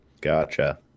Gotcha